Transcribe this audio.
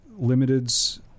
Limiteds